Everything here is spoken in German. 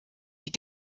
die